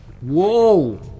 Whoa